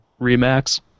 Remax